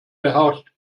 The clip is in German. beherrscht